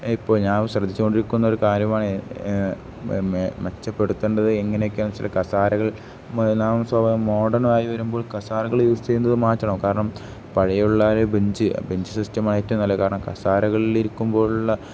ഇപ്പോൾ ഞാൻ ശ്രദ്ധിച്ചുകൊണ്ടിരിക്കുന്ന ഒരു കാര്യമാണ് മെച്ചപ്പെടുത്തേണ്ടത് എങ്ങനെയൊക്കെയെന്ന് വെച്ചാൽ കസേരകൾ സ്വഭാവം മോഡേൺ ആയി വരുമ്പോൾ കസേരകൾ യൂസ് ചെയ്യുന്നത് മാറ്റണം കാരണം പഴയുള്ള ഒരു ബെഞ്ച് ബെഞ്ച് സിസ്റ്റമാണ് ഏറ്റവും നല്ല കാരണം കസേരകളിൽ ഇരിക്കുമ്പോൾ ഉള്ള